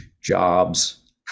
jobs